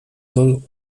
soll